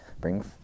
bring